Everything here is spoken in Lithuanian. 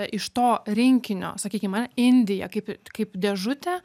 iš to rinkinio sakykim ane indija kaip kaip dėžutė